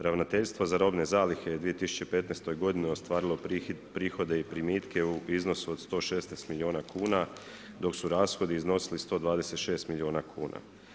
Ravnateljstvo za robne zalihe je u 2015. godini je ostvarilo prihode i primitke u iznosu od 116 milijuna kuna dok su rashodi iznosili 126 milijuna kuna.